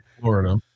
Florida